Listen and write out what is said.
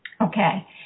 okay